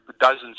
dozens